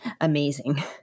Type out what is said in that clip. Amazing